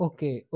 Okay